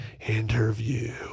interview